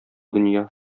дөнья